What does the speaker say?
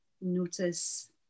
Notice